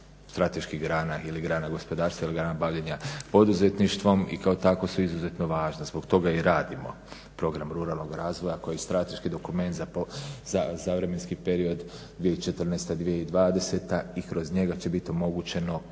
strateških grana ili grana gospodarstva ili grana bavljenja poduzetništvom i kao takva su izuzetno važna. Zbog toga i radimo program ruralnog razvoja koji je strateški dokument za vremenski period 2014.-2020.i kroz njega će biti omogućeno